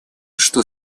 что